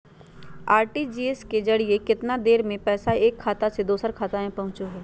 RTGS के जरिए कितना देर में पैसा एक खाता से दुसर खाता में पहुचो है?